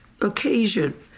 occasion